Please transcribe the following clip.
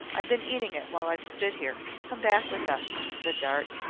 i've been eating it while i've stood here. come back with us, said dart.